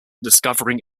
discovering